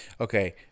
Okay